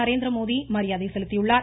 நரேந்திரமோடி மரியாதை செலுத்தியுள்ளார்